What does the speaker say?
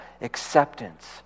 acceptance